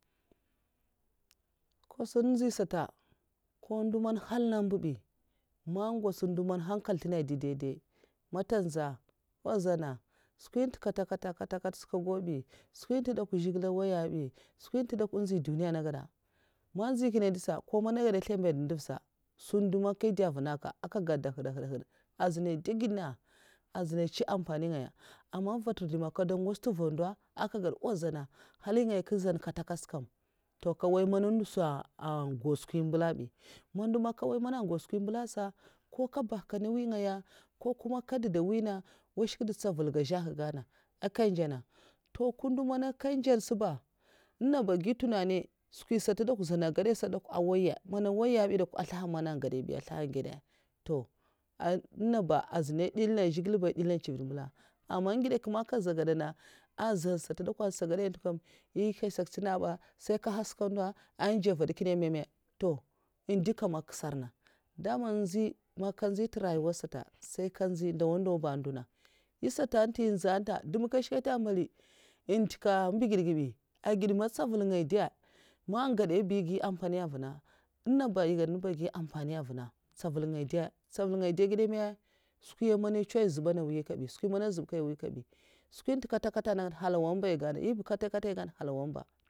Nka sun zhiy sata ko ndo man nhèla nèngan'bi man ngwots ndo nman nhankal ntè nga dè daidai manta nza nwa zanna skwi ntè kyat kyta'sa ka nga gau bi zhigilè nwoya skwi ntè duniya nè gada man nzyi nkènna dèsha ko ndo mana ngèda nslèmbad nduvsa sunndè man nkè dèva na ka aka gèdda nhwud nhwud azunè ndègèdna. azunè ntsow ampani ngaya aman nvuthur ndè man ngada ngwots ndè nva ndèhi nwa zana nhalingaya kè zan nkata nkat sèi nkam to kawai man ndo sa angau skwiman nbèla bi, man ndo man nga nwoya an agaunskwiman nbèla sa ko nkènbèhna nwi ngaya kokuma nkè dèda nwi'nènga, washkada ntsèvl ga zhè agana nkèndjènna toh nkè ndo man nkèndjènè saba nènga ba agi ntunani skwisata dè kw'zanna gadèysata ndè kw man nwoya bi mslèha ngèdaibi ya nslèha gèdah nga ba azuna ndèl na zhigilè ba ndèlan sungaya aman ngidènkyèkyè man nkè gadèna azansata ansagadèdtè dèkwa kuma nga zha ganada azan azan sa dè kw siè ngadè ntè kam èfasa ncina ba siè nkè nhwas nkondo dnjèvèdkènè mama indi kama nkèsar ba daman nzyi man nkè nzyi rayuta sata sèi man nzhè ndawa ndawa nmpèdkw nyè sata ntè nzyi ntè dèmh nkashnkta mbali nɗèka mbigèdga bi agèd man nzavèl ngè man gadai sa èhgi ampani nwuvna mai ngèda na agyi mpani ntsèval ntèsal ndèyya ntsèval ndèga ntsèval nga dèi agèda man skwi man nco nzèbak na mwi kabi skwi man azungay mwi kabi tanahyèla skwi nkata kata naga nhalau